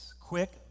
quick